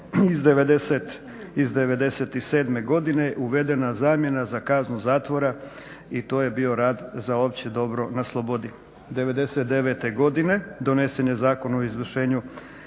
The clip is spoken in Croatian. iz '97. godine uvedena zamjena za kaznu zatvora i to je bio rad za opće dobro na slobodi. '99. godine donesen je Zakon o izvršenju